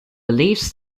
believes